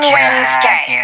Wednesday